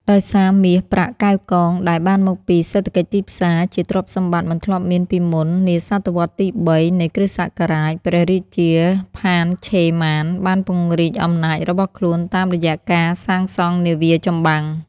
ដោយសារ មាស ប្រាក់ កែវកង ដែលបានមកពី សេដ្ឋកិច្ចទីផ្សារ ជាទ្រព្យសម្បត្តិមិនធ្លាប់មានពីមុន នាសតវត្សរ៍ទី៣ នៃគ្រិស្តសករាជ ព្រះរាជា ផាន ឆេ ម៉ាន បានពង្រីកអំណាចរបស់ខ្លួនតាមរយៈការសាងសង់នាវាចម្បាំង។